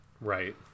right